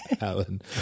Alan